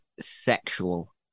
sexual